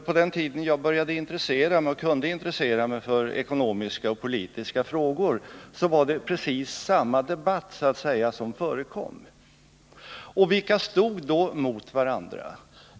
På den tid då jag började intressera mig för ekonomiska och politiska frågor förekom det precis samma debatt. Vilka stod då mot varandra?